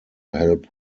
help